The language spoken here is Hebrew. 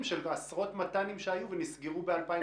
של עשרות מת"נים שהיו ונסגרו ב-2013.